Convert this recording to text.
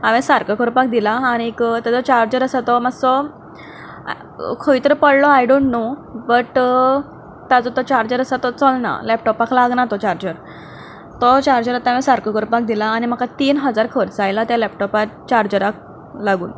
हांवें सारको करपाक दिला आनी ताजो चार्जर आसा तो मातसो खंय तरी पडलो आय डोन्ट नो बट ताजो तो चार्जर आसा तो चलना लॅपटोपाक लागना तो चार्जर तो चार्जर आतां हांवें सारको करपाक दिला आनी आतां आनी म्हाका तीन हजार खर्च आयला त्या लॅपटोपाक चार्जराक लागून